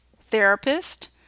therapist